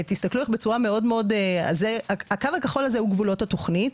תסתכלו איך בצורה מאוד הקו הזה הוא גבולות התוכנית.